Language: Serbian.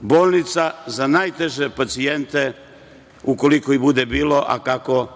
bolnica za najteže pacijente ukoliko ih bude bilo, a kako